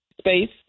space